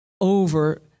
over